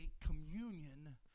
communion